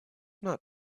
not